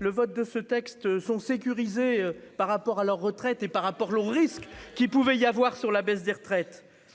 le vote de ce texte sont sécurisés par rapport à leur retraite, et par rapport, on risque qu'il pouvait y avoir sur la baisse des retraites.